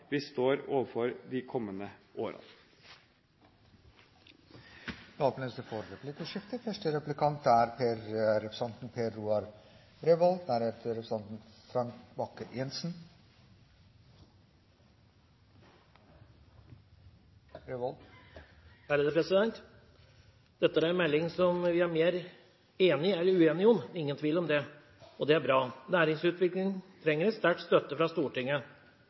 vi står overfor de kommende årene. Det åpnes for replikkordskifte. Denne meldingen er vi mer enige enn uenige om – ingen tvil om det. Det er bra. Næringsutvikling trenger sterk støtte fra Stortinget.